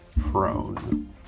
prone